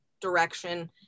direction